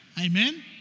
Amen